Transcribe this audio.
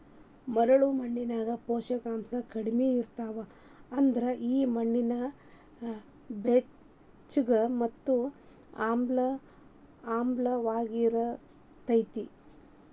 ಮರಳ ಮಣ್ಣಿನ್ಯಾಗ ಪೋಷಕಾಂಶ ಕಡಿಮಿ ಇರ್ತಾವ, ಅದ್ರ ಈ ಮಣ್ಣ ಬೆಚ್ಚಗ ಮತ್ತ ಆಮ್ಲಿಯವಾಗಿರತೇತಿ